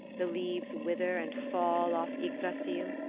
the leaves wither and fall off ygdrassil,